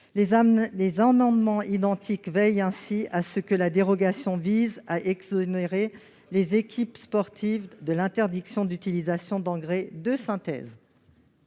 Cet amendement vise ainsi à veiller à ce que la dérogation exonère les équipes sportives de l'interdiction d'utilisation d'engrais de synthèse.